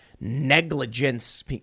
negligence